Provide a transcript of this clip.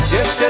Yes